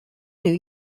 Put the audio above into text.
new